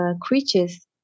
creatures